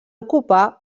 ocupar